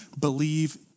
believe